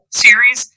series